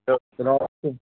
تو سنا